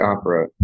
opera